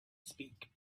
speak